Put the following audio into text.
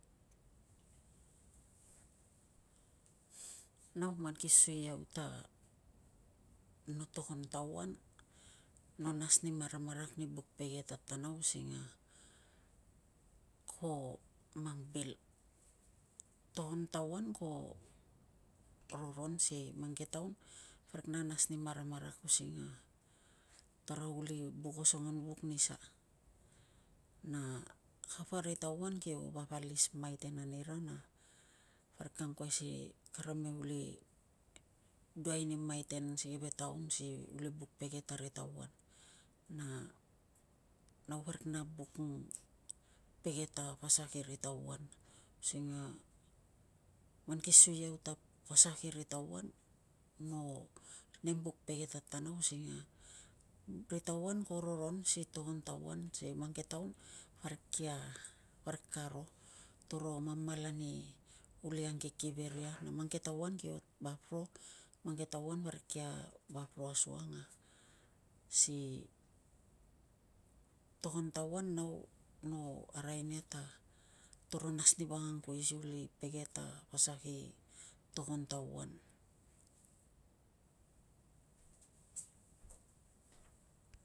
Nau man ki sui iau ta no togon tauan no nas ni maramarak ni buk pege ta taria using a ko mang bil. Togon tauan ko roron sikei mang ke taun parik na nas ni maramarak using a tara uli buk osongon vuk ani sa? Na kapa ri tauan kio vap alis maiten ani ra na parik ka angkuai si karame uli duai ni maiten si keve taun si uli buk pege tari tauan. Na nau parik na buk pge ta pasak iri tauan using man ki sui iau ta pasak iri tauan no nem buk pege tarana using a ri tauan kio roron si togon tauan sikei mang ke taun parik kar ro toro mamal ani uli angkiki veria na mang ke tauan kio vap ro na mang ke tauan parik kia vap ro asukang a si togon tauan no arai nia ta toro nas ani vangang kui si uli pege ta pasak i togon tauan.